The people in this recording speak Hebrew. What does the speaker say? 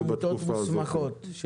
לעמותות מוסמכות.